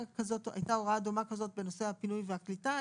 הייתה הוראה דומה כזאת בנושא הפינוי והקליטה.